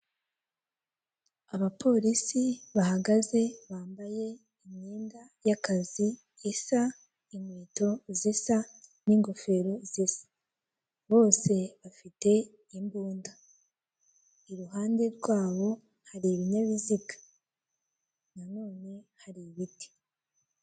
Abapolisi bahagaze bambaye imyenda y'akazi isa, inkweto zisa n'ingofero zisa, bose bafite imbunda, iruhande rwabo hari ibinyabiziga, na none hari ibiti.